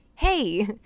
Hey